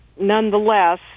nonetheless